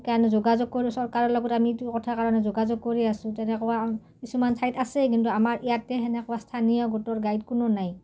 কাৰণে যোগাযোগ কৰোঁ চৰকাৰৰ লগত আমিতো কথাৰ কাৰণে যোগাযোগ কৰি আছোঁ তেনেকুৱা কিছুমান ঠাইত আছে কিন্তু আমাৰ ইয়াতে সেনেকুৱা স্থানীয় গোটৰ গাইড কোনো নাই